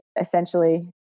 essentially